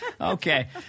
Okay